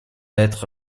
être